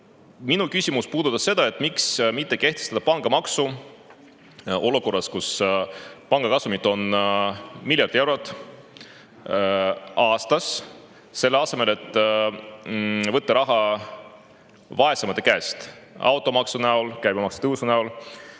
Minu küsimus puudutas seda, miks mitte kehtestada pangamaksu olukorras, kus pankade kasumid on miljard eurot aastas, selle asemel, et võtta raha vaesemate käest automaksu ja käibemaksu tõusuga.